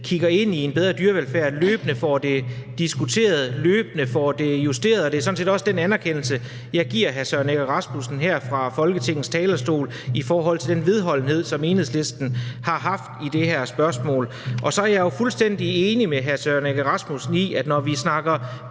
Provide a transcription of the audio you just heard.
kigger ind i en bedre dyrevelfærd, løbende får det diskuteret, løbende får det justeret. Det er sådan set også den anerkendelse, jeg giver hr. Søren Egge Rasmussen her fra Folketingets talerstol i forhold til den vedholdenhed, som Enhedslisten har haft i det her spørgsmål. Og så er jeg fuldstændig enig med hr. Søren Egge Rasmussen i, at når vi snakker